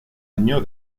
año